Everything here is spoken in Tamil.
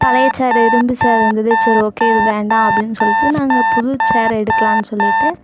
பழைய சேர் இரும்பு சேர் இருந்துது சரி ஓகே இது வேண்டாம் அப்படின்னு சொல்லிட்டு நாங்கள் புது சேர் எடுக்கலாம் சொல்லிட்டு